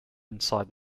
inside